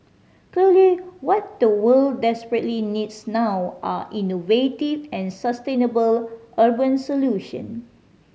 clearly what the world desperately needs now are innovative and sustainable urban solution